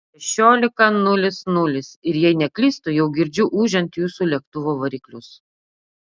šešiolika nulis nulis ir jei neklystu jau girdžiu ūžiant jūsų lėktuvo variklius